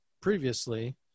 previously